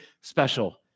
special